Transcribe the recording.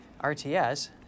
RTS